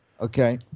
Okay